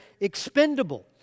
expendable